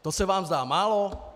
To se vám zdá málo?